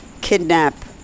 kidnap